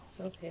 Okay